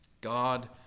God